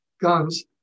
guns